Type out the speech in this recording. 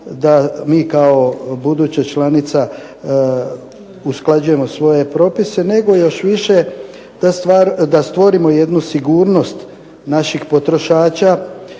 da mi kao buduća članica usklađujemo svoje propise nego još više da stvorimo jednu sigurnost naših potrošača